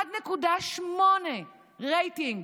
1.8 רייטינג.